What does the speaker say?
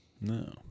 No